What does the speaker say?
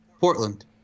Portland